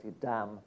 dam